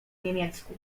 niemiecku